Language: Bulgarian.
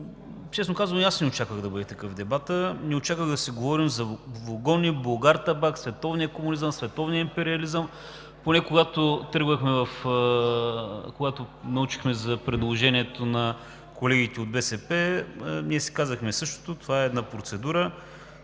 Честно казано и аз не очаквах да бъде такъв дебатът. Не очаквах да си говорим за вогони, „Булгартабак“, световния комунизъм, световния империализъм. Поне когато научихме за предложението на колегите от БСП, ние си казахме същото, че това е процедура,